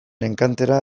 enkantera